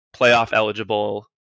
playoff-eligible